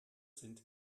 sind